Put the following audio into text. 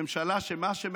ממשלה שלא מסתכלת על הציבור,